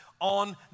On